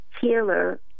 healer